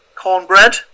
cornbread